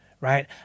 Right